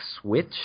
switch